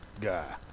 guy